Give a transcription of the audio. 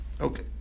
Okay